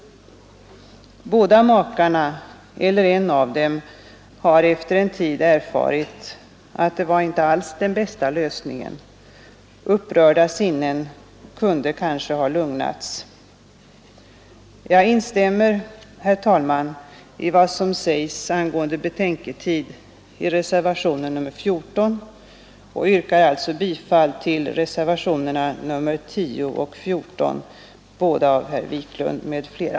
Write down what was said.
Båda makarna eller en av dem har efter en tid erfarit att det inte alls var den bästa lösningen. Upprörda sinnen kunde kanske ha lugnats. Jag instämmer, herr talman, i vad som sägs angående betänketid i reservation 14 och yrkar alltså bifall till reservationerna 10 och 14, båda av herr Wiklund i Stockholm m.fl.